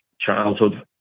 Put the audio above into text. childhood